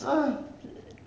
ah